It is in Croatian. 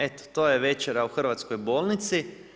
Eto to je večera u hrvatskoj bolnici.